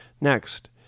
Next